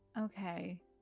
Okay